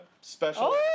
special